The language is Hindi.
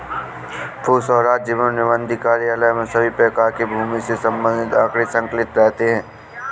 भू राजस्व एवं निबंधन कार्यालय में सभी प्रकार के भूमि से संबंधित आंकड़े संकलित रहते हैं